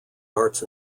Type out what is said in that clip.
arts